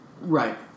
right